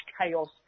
chaos